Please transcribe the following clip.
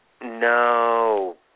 No